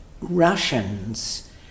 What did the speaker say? Russians